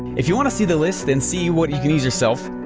if you want to see the list, then see what you can use yourself,